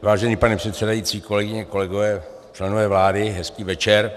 Vážený pane předsedající, kolegyně, kolegové, členové vlády, hezký večer.